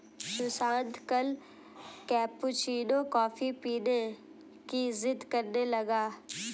सुशांत कल cappuccino coffee पीने की जिद्द करने लगा